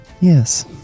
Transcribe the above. Yes